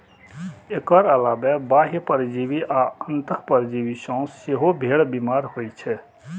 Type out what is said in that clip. एकर अलावे बाह्य परजीवी आ अंतः परजीवी सं सेहो भेड़ बीमार होइ छै